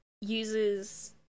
uses